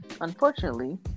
unfortunately